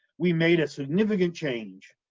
we made a significant change.